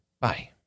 Bye